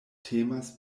temas